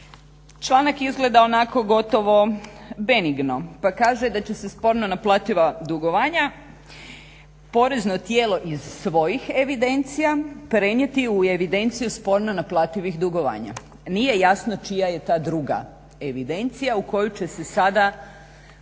Članak izgleda onako gotovo benigno. Pa kaže da će se sporno naplativa dugovanja, porezno tijelo iz svojih evidencija prenijeti u evidenciju sporno naplativih dugovanja. Nije jasno čija je ta druga evidencija u koju će se sada